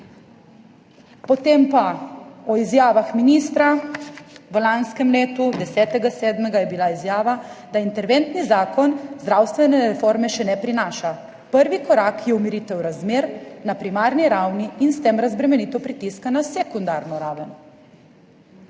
Potem pa o izjavah ministra v lanskem letu, 10. 7. je bila izjava, da interventni zakon zdravstvene reforme še ne prinaša, prvi korak je umiritev razmer na primarni ravni in s tem razbremenitev pritiska na sekundarno raven.